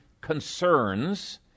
concerns